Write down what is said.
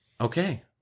Okay